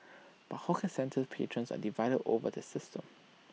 but hawker centre patrons are divided over the system